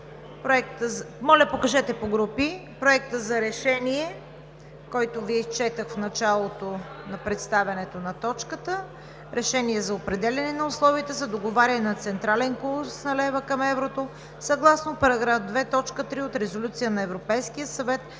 гласуване Проекта за решение, който Ви изчетох в началото на представянето на точката. Решение за определяне на условията за договаряне на централен курс на лева към еврото, съгласно § 2, т. 3 от резолюцията на Европейския съвет